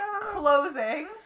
closing